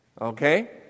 Okay